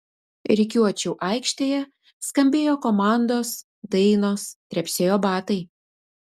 rikiuočių aikštėje skambėjo komandos dainos trepsėjo batai